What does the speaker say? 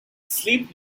sleep